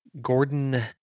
Gordon